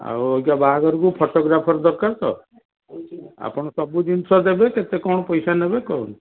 ଆଉ ଅଇକା ବାହାଘରକୁ ଫଟୋଗ୍ରାଫର୍ ଦରକାର ତ ଆପଣ ସବୁ ଜିନିଷ ଦେବେ କେତେ କ'ଣ ପଇସା ନେବେ କହନ୍ତୁ